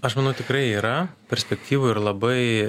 aš manau tikrai yra perspektyvų ir labai